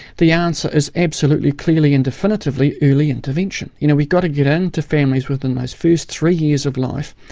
the answer is absolutely clearly and definitively early intervention. you know, we've got to get in to families within those first three years of life,